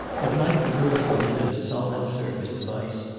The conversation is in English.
at night the river presented a solid surface of ice,